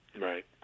Right